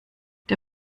der